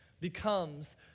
becomes